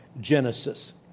Genesis